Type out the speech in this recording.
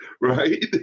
right